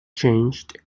changed